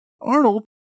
Arnold